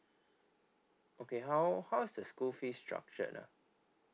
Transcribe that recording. okay how how is the school fee structured ah